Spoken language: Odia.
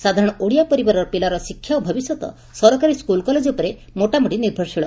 ସାଧାରଣ ଓଡ଼ିଆ ପରିବାରର ପିଲାର ଶିକ୍ଷା ଓ ଭବିଷ୍ୟତ ସରକାରୀ ସ୍କୁଲ୍ କଲେକ ଉପରେ ମୋଟାମୋଟି ନିଭରଶୀଳ